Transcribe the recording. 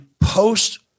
post